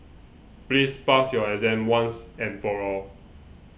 please pass your exam once and for all